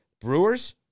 Brewers